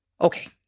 Okay